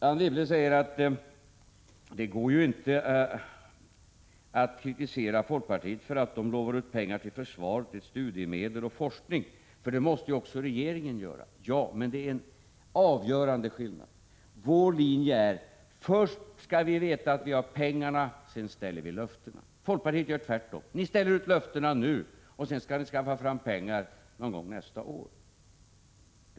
Anne Wibble säger att det inte går att kritisera folkpartiet för att lova pengar till försvaret, studiemedel och forskning, för det måste också regeringen göra. Ja, men det finns en avgörande skillnad. Vår linje är: först skall vi veta att vi har pengarna, sedan ställer vi ut löftena. Folkpartiet gör tvärtom: ni ställer ut löften nu och sedan skall ni skaffa fram pengarna någon gång nästa år.